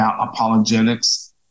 apologetics